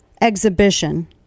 Exhibition